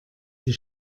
die